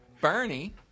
Bernie